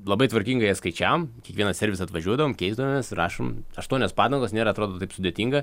labai tvarkingai jas skaičiavom į kiekvieną servisą atvažiuodavom keisdavomės rašom aštuonios padangos nėra atrodo taip sudėtinga